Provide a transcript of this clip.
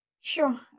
Sure